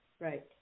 Right